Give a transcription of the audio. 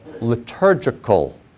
liturgical